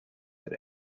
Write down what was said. that